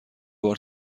بار